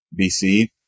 BC